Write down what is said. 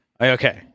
Okay